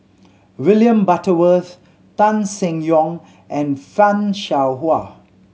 William Butterworth Tan Seng Yong and Fan Shao Hua